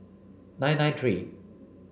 nine nine three